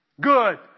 Good